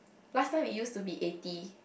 last time it used to be eighty